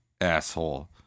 asshole